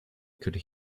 could